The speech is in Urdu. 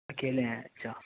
اکیلے ہیں اچھا